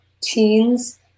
teens